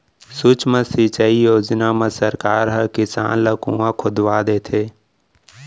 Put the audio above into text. सुक्ष्म सिंचई योजना म सरकार ह किसान ल कुँआ खोदवा देथे